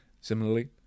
Similarly